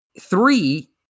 three